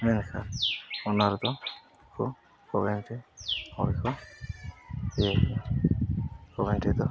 ᱢᱮᱱᱠᱷᱟᱱ ᱚᱱᱟ ᱨᱮᱫᱚ ᱩᱱᱠᱩ ᱨᱮᱱ ᱦᱚᱲ ᱜᱮᱠᱚ ᱤᱭᱟᱹᱭᱮᱜᱼᱟ ᱫᱚ